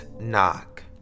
knock